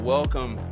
Welcome